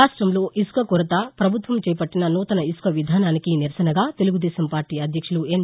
రాష్ట్ంలో ఇసుక కొరత ప్రభుత్వం చేపట్టిన నూతన ఇసుక విధానానికి నిరసనగా తెలుగుదేశం పార్టీ అధ్యక్షులు ఎన్